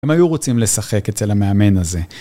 הם היו רוצים לשחק אצל המאמן הזה.